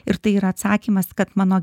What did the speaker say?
ir tai yra atsakymas kad mano